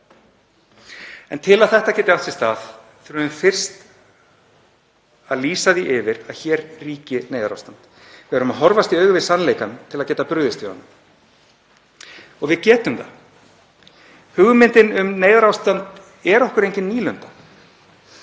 Til að þetta geti átt sér stað þurfum við fyrst að lýsa því yfir að hér ríki neyðarástand. Við þurfum að horfast í augu við sannleikann til að geta brugðist við honum og við getum það. Hugmyndin um neyðarástand er okkur engin nýlunda.